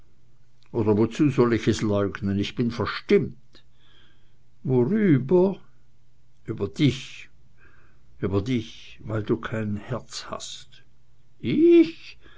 oder wozu soll ich es leugnen ich bin verstimmt worüber über dich über dich weil du kein herz hast ich